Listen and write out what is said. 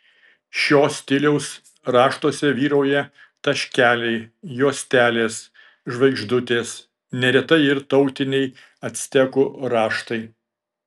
šio stiliaus raštuose vyrauja taškeliai juostelės žvaigždutės neretai ir tautiniai actekų raštai